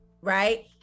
right